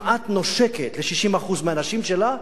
כמעט נושקת ל-60% מהאנשים שלה,